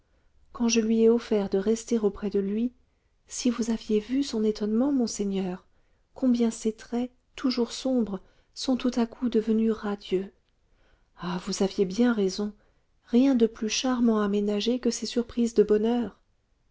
quand je lui ai offert de rester auprès de lui si vous aviez vu son étonnement monseigneur combien ses traits toujours sombres sont tout à coup devenus radieux ah vous aviez bien raison rien de plus charmant à ménager que ces surprises de bonheur